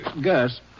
Gus